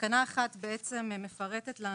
תקנה מספר 1 מפרטת את